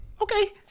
Okay